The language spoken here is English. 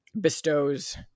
bestows